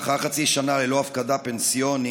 לאחר חצי שנה ללא הפקדה פנסיונית,